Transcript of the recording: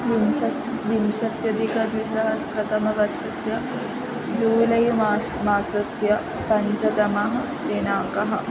विंशत् विंशत्यधिक द्विसहस्रतमवर्षस्य जूलै माश् मासस्य पञ्चतमः दिनाङ्कः